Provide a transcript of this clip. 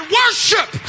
worship